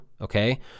okay